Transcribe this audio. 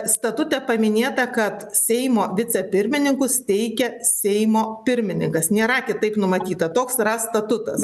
statute paminėta kad seimo vicepirmininkus teikia seimo pirmininkas nėra kitaip numatyta toks yra statutas